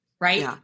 right